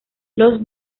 los